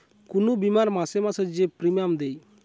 কুনু বীমার মাসে মাসে যে প্রিমিয়াম দেয়